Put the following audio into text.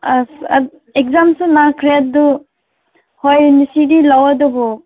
ꯑꯁ ꯑꯦꯛꯖꯥꯝꯁꯨ ꯅꯥꯈ꯭ꯔꯦ ꯑꯗꯨ ꯍꯣꯏ ꯉꯁꯤꯗꯤ ꯂꯧ ꯑꯗꯨꯕꯨ